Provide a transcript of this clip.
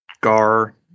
Gar